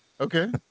okay